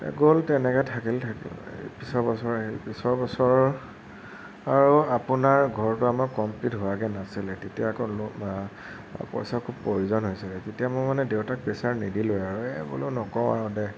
তে গ'ল তেনেকৈ থাকিল থাকিল এই পিছৰ বছৰ আহিল পিছৰ বছৰৰ আৰু আপোনাৰ ঘৰটো আমাৰ কমপ্লিট হোৱাগৈ নাছিল তেতিয়া আকৌ লোন পইছাৰ খুব প্ৰয়োজন হৈছিল তেতিয়া মই মানে দেউতাক প্ৰেছাৰ নিদিলোঁ আৰু এ বোলো নকওঁ আৰু দে